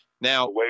Now